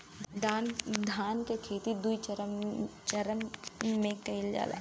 धान के खेती दुई चरन मे करल जाला